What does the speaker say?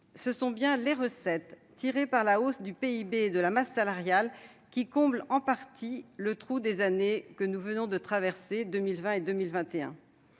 Ce sont bien les recettes, tirées par la hausse du PIB et de la masse salariale, qui comblent en partie le trou des années 2020 et 2021.